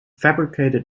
fabricated